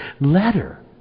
letter